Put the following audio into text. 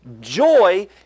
joy